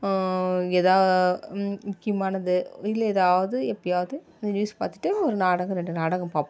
எதா முக்கியமானது இல்லை ஏதாவது எப்பேயாவது நியூஸ் பார்த்துட்டு ஒரு நாடகம் ரெண்டு நாடகம் பார்ப்போம்